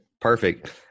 perfect